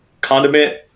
condiment